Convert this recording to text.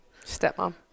Stepmom